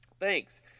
thanks